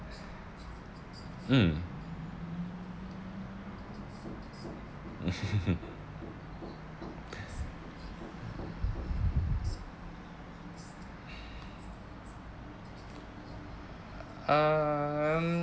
mm um